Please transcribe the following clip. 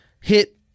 hit